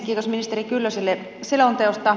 kiitos ministeri kyllöselle selonteosta